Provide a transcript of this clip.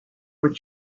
were